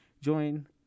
join